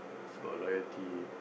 it's about loyalty